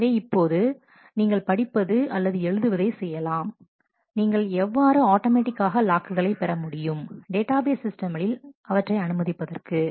எனவே இப்போது எப்போது நீங்கள் படிப்பது அல்லது எழுதுவதை செய்யலாம் நீங்கள் எவ்வாறு ஆட்டோமேட்டிக்காக லாக்குகளை பெற முடியும் டேட்டாபேஸ் சிஸ்டமில் அவற்றை அனுமதிப்பதற்கு